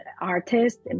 artist